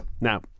Now